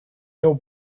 your